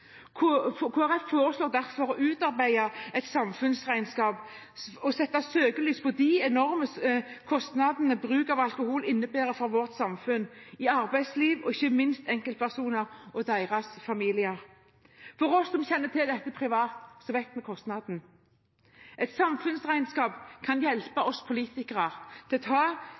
kostnadene. Kristelig Folkeparti foreslår derfor – sammen med Arbeiderpartiet, Senterpartiet og Sosialistisk Venstreparti – å «utarbeide et samfunnsregnskap for å sette søkelys på de enorme kostnadene bruk av alkohol innebærer for samfunn, arbeidsliv og ikke minst enkeltpersoner og deres familier». Vi som kjenner til dette privat, vet kostnaden. Et samfunnsregnskap kan hjelpe